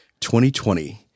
2020